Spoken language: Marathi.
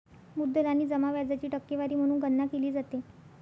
मुद्दल आणि जमा व्याजाची टक्केवारी म्हणून गणना केली जाते